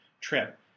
trip